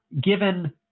given